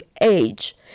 age